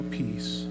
peace